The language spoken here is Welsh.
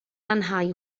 lanhau